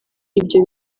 ibyo